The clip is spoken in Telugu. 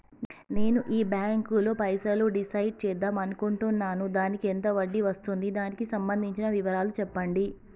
నేను ఈ బ్యాంకులో పైసలు డిసైడ్ చేద్దాం అనుకుంటున్నాను దానికి ఎంత వడ్డీ వస్తుంది దానికి సంబంధించిన వివరాలు చెప్పండి?